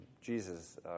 Jesus